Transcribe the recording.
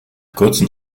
kurzen